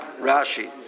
Rashi